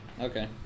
Okay